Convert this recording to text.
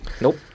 Nope